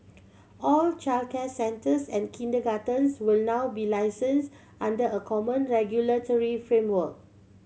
all childcare centres and kindergartens will now be license under a common regulatory framework